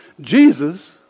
Jesus